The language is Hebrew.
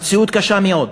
המציאות קשה מאוד.